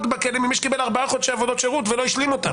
בכלא ממי שקיבל ארבעה חודשי עבודות שירות ולא השלים אותם.